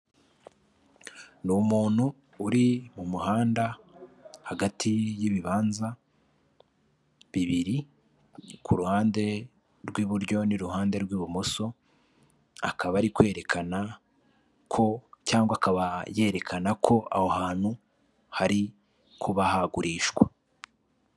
Ni umuntu uri mu muhanda hagati y'ibibanza bibiri, ku ruhande rw'buryo n'iruhande rw'ibumoso, akaba ari kwerekana ko cyangwa akaba yerekana ko aho hantu hari kuba hagurishwa.